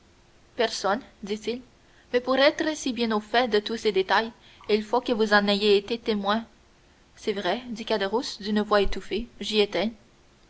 personne dit-il mais pour être si bien au fait de tous ces détails il faut que vous en ayez été le témoin c'est vrai dit caderousse d'une voix étouffée j'y étais